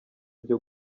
byo